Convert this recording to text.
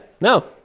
no